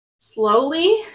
Slowly